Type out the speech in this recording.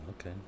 Okay